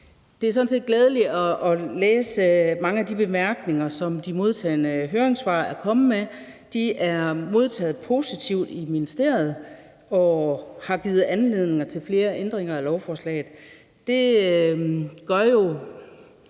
Det er sådan set glædeligt at læse mange af de bemærkninger, der er i de modtagne høringssvar. De er blevet modtaget positivt i ministeriet og har givet anledning til flere ændringer af lovforslaget. Det gør jo,